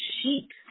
sheep